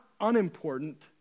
unimportant